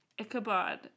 Ichabod